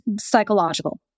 psychological